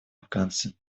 афганцы